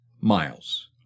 miles